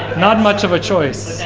not much of a choice.